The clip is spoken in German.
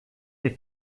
der